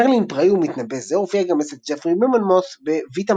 מרלין פראי ומתנבא זה הופיע גם אצל ג'פרי ממונמות' ב-"ויטה